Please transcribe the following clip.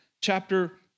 chapter